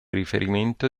riferimento